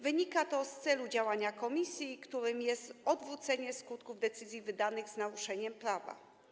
Wynika to z celu działania komisji, którym jest odwrócenie skutków decyzji wydanych z naruszeniem prawa.